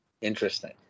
Interesting